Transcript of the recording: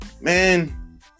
Man